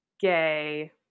gay